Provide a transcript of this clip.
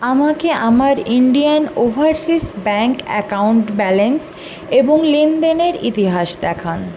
আমাকে আমার Indian Overseas Bank account balance এবং লেনদেনের ইতিহাস দেখান